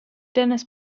dennis